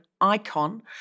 icon